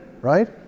right